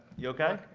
you, okay?